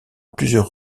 plusieurs